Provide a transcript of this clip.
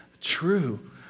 true